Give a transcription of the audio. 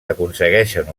aconsegueixen